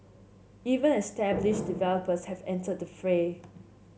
even established developers have entered the fray